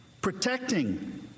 protecting